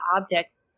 objects